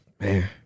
Man